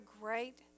great